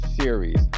series